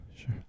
Sure